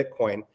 Bitcoin